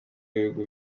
w’ibihugu